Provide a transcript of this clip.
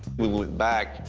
we went back,